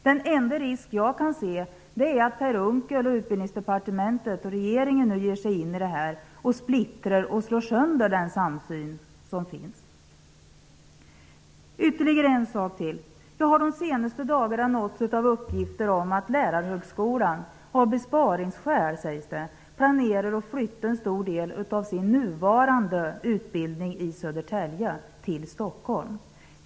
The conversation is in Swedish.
Den enda risk jag kan se är att Per Unckel, Utbildningsdepartmentet och regeringen nu ger sig in i det här och splittrar och slår sönder den samsyn som finns. Jag har de senaste dagarna nåtts av uppgifter om att Lärarhögskolan -- av besparingsskäl, sägs det -- planerar att flytta en stor del av sin nuvarande utbildning i Södertälje till Stockholm.